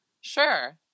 Sure